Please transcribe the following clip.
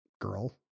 girl